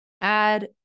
Add